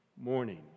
morning